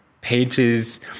pages